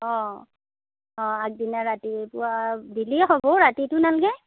অ' অ' আগদিনা ৰাতিপুৱা বেলি হ'ব ৰাতিটো নালাগে